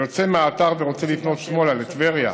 היוצא מהאתר ורוצה לפנות שמאלה, לטבריה,